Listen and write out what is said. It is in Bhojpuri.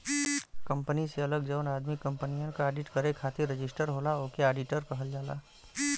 कंपनी से अलग जौन आदमी कंपनियन क आडिट करे खातिर रजिस्टर होला ओके आडिटर कहल जाला